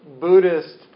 Buddhist